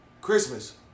Christmas